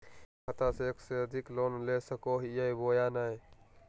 एक खाता से एक से अधिक लोन ले सको हियय बोया नय?